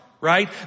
right